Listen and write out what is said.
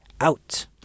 out